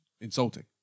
insulting